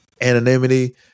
anonymity